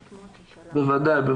בוודאי.